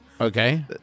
okay